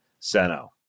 Seno